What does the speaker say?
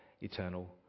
eternal